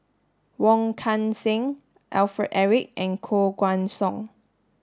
Wong Kan Seng Alfred Eric and Koh Guan Song